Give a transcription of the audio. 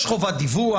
יש חובת דיווח.